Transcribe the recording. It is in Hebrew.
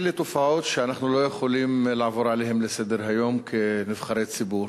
אלה תופעות שאנחנו לא יכולים לעבור עליהן לסדר-היום כנבחרי ציבור.